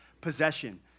possession